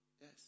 Yes